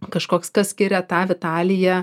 kažkoks tas skiria tą vitaliją